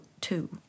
two